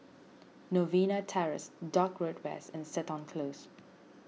Novena Terrace Dock Road West and Seton Close